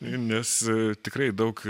nes tikrai daug